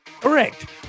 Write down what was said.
Correct